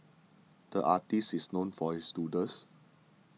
the artist is known for his doodles